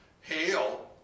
Hail